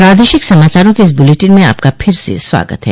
प्रादेशिक समाचारों के इस बुलेटिन में आपका फिर से स्वागत है